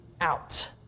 out